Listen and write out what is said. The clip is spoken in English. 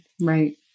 Right